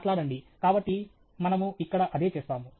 మాట్లాడండి కాబట్టి మనము ఇక్కడ అదే చేస్తాము